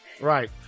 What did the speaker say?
Right